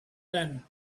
then